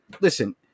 listen